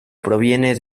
proviene